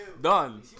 done